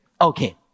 Okay